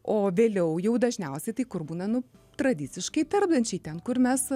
o vėliau jau dažniausiai tai kur būna nu tradiciškai tarpdančiai ten kur mes